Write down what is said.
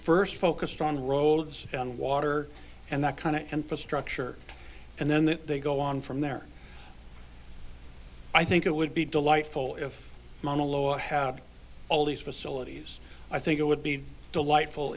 first focused on roads and water and that kind of infrastructure and then they go on from there i think it would be delightful if monologue had all these facilities i think it would be delightful